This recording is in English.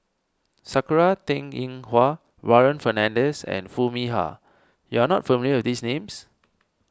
Sakura Teng Ying Hua Warren Fernandez and Foo Mee Har you are not familiar with these names